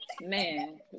man